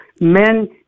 men